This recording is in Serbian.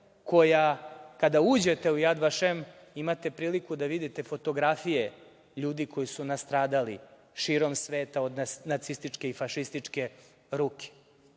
koja kada uđete u „Jad Vašem“ imate priliku da vidite fotografije ljudi koji su nastradali širom sveta od nacističke i fašističke ruke.